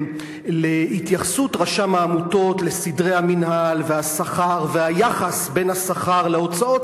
להתייחסות רשם העמותות לסדרי המינהל והשכר והיחס בין השכר להוצאות,